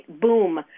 boom